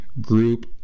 group